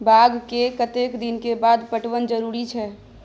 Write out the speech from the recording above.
बाग के कतेक दिन के बाद पटवन जरूरी छै?